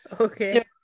Okay